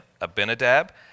Abinadab